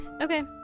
okay